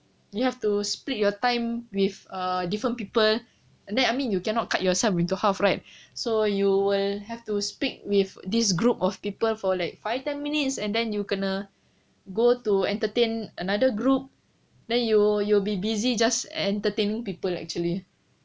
you have to split your time with err different people and then I mean you cannot cut yourself into half right so you will have to speak with this group of people for like five ten minutes and then you kena go to entertain another group then you you'll be busy just entertain people actually